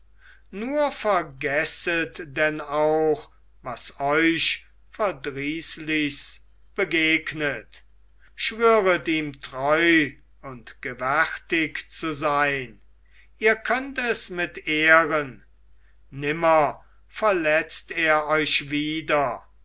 nur vergesset denn auch was euch verdrießlichs begegnet schwöret ihm treu und gewärtig zu sein ihr könnt es mit ehren nimmer verletzt er euch wieder